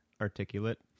Articulate